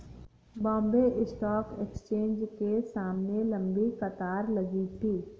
Bombay stock exchange के सामने लंबी कतार लगी थी